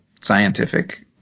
scientific